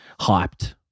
hyped